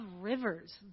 rivers